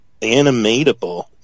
animatable